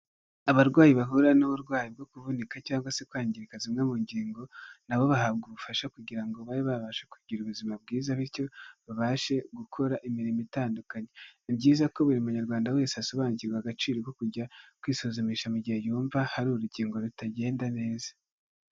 Abarwayi bahura n'uburwayi bwo ku kuvuka cyangwa se kwangirika zimwe mu ngingo, na bo bahabwa ubufasha kugira ngo babe babashe kugira ubuzima bwiza bityo babashe gukora imirimo itandukanye. Ni byiza ko buri munyarwanda wese asobanukirwa agaciro ko kujya kwisuzumisha mu gihe yumva hari urugingo rutagenda neza.